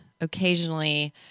occasionally